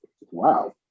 Wow